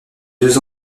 deux